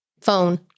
phone